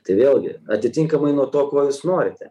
tai vėlgi atitinkamai nuo to kuo jūs norite